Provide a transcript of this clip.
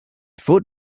foot